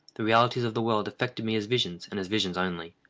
the realities of the world affected me as visions, and as visions only,